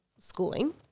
schooling